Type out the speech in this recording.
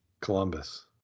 Columbus